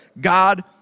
God